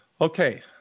Okay